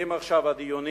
מתחילים עכשיו הדיונים